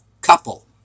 couple